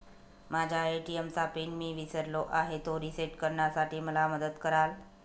माझ्या ए.टी.एम चा पिन मी विसरलो आहे, तो रिसेट करण्यासाठी मला मदत कराल?